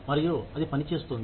మరియు అది పని చేస్తోంది